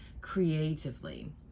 creatively